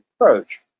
approach